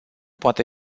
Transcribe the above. poate